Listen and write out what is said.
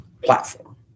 platform